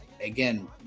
again